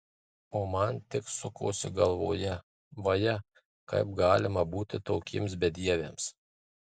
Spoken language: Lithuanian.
o man tik sukosi galvoje vaje kaip galima būti tokiems bedieviams